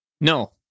No